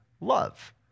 love